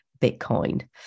Bitcoin